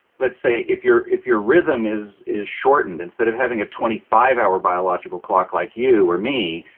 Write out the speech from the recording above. let's say if you're if you're rhythm is is shortened, instead of having a twenty five hour biological clock like you or me,